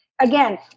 again